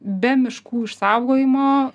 be miškų išsaugojimo